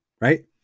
Right